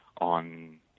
on